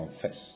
confess